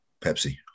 Pepsi